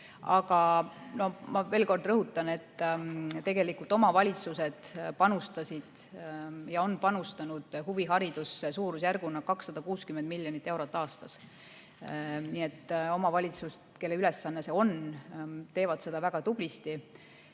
Aga ma veel kord rõhutan, et tegelikult omavalitsused on panustanud huviharidusse suurusjärgus 260 miljonit eurot aastas. Omavalitsused, kelle ülesanne see on, teevad seda väga tublisti.